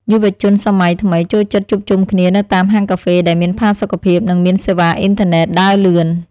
យុវជនសម័យថ្មីចូលចិត្តជួបជុំគ្នានៅតាមហាងកាហ្វេដែលមានផាសុកភាព និងមានសេវាអ៊ីនធឺណិតដើរលឿន។